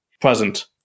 present